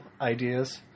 ideas